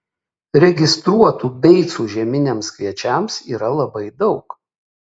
registruotų beicų žieminiams kviečiams yra labai daug